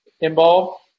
involved